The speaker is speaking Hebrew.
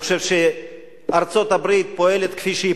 אני חושב שארצות-הברית פועלת כפי שהיא